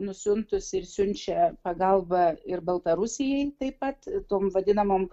nusiuntusi ir siunčia pagalbą ir baltarusijai taip pat tom vadinamom